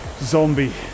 zombie